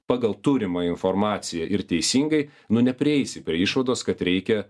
pagal turimą informaciją ir teisingai nuo neprieisi prie išvados kad reikia